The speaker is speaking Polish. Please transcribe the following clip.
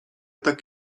tak